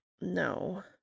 no